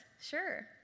sure